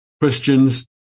Christians